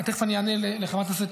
תכף אני אענה לחברת הכנסת,